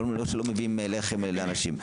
לא שלא מביאים לחם לאנשים,